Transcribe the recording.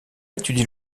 étudie